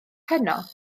heno